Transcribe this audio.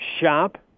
shop